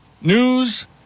news